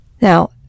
Now